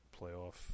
playoff